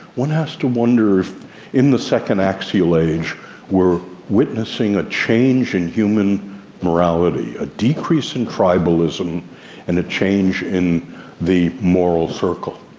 one has to wonder if in the second axial age we're witnessing a change in human morality. a decrease in tribalism and a change in the moral circle.